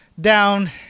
down